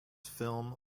film